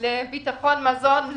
לביטחון מזון,